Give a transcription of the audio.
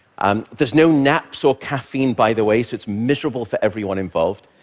um there's no naps or caffeine, by the way, so it's miserable for everyone involved.